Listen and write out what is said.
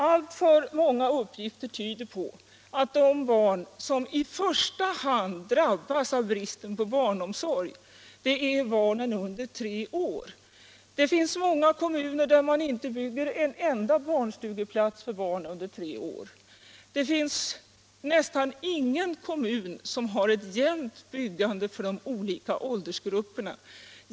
Alltför många uppgifter tyder på att de barn som i första hand drabbas av bristen på barnomsorg är barn under tre år. Det finns många kommuner som inte bygger en enda barnstugeplats för barn under tre år. Och det finns nästan ingen kommun som har ett jämnt byggande för de olika åldersgrupperna.